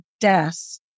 death